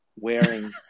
wearing